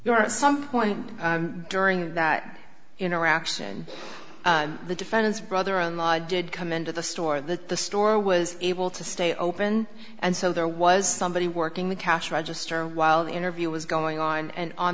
there are some point during that interaction the defendants brother in law did come into the store that the store was able to stay open and so there was somebody working the cash register while the interview was going on and on